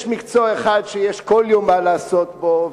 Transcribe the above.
יש מקצוע אחד שיש כל יום מה לעשות בו,